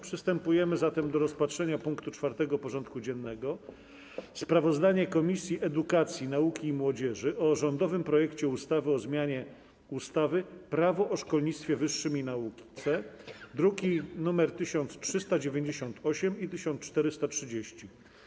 Przystępujemy do rozpatrzenia punktu 4. porządku dziennego: Sprawozdanie Komisji Edukacji, Nauki i Młodzieży o rządowym projekcie ustawy o zmianie ustawy - Prawo o szkolnictwie wyższym i nauce (druki nr 1398 i 1430)